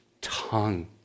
tongue